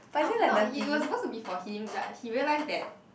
not for not it was supposed to be for him but he realized that